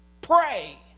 Pray